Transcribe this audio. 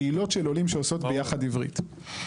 קהילות של עולים שעושות ביחד עברית.